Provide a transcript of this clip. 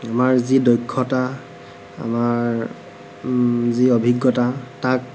আমাৰ যি দক্ষতা আমাৰ যি অভিজ্ঞতা তাক